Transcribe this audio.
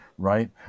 right